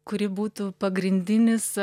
kuri būtų pagrindinis